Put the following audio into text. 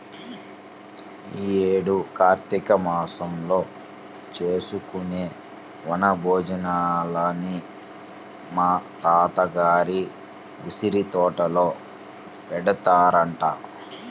యీ యేడు కార్తీక మాసంలో చేసుకునే వన భోజనాలని మా తాత గారి ఉసిరితోటలో పెడతారంట